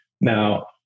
Now